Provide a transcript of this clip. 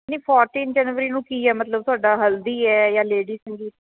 ਨਹੀਂ fourteen January ਨੂੰ ਕੀ ਹੈ ਮਤਲਬ ਤੁਹਾਡਾ ਹਲਦੀ ਹੈ ਜਾਂ ਲੇਡੀਸ ਸੰਗੀਤ